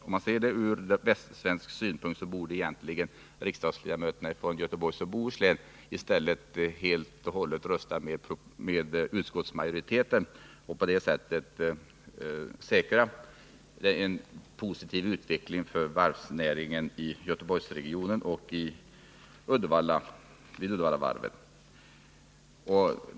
Om man ser denna fråga från västsvensk synpunkt borde egentligen alla riksdagsledamöter från Göteborgs och Bohus län i stället rösta med utskottsmajoriteten och på det sättet säkra en positiv utveckling för varvsnäringen i Göteborgsregionen och vid Uddevallavarvet.